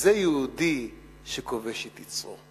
זה יהודי שכובש את יצרו.